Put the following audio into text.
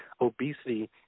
Obesity